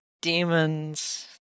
demons